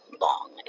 long